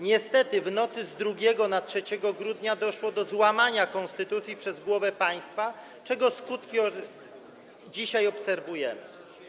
Niestety w nocy z 2 na 3 grudnia doszło do złamania konstytucji przez głowę państwa, czego skutki dzisiaj obserwujemy.